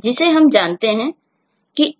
तो हम कहते हैं कि